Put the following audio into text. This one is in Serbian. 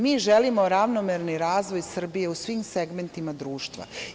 Mi želimo ravnomerni razvoj Srbije u svim segmentima društva.